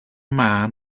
man